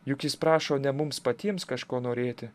juk jis prašo ne mums patiems kažko norėti